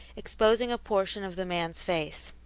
exposing a portion of the man's face.